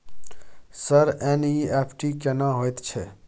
Sir NEFT केना होयत छै?